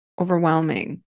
overwhelming